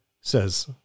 says